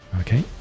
Okay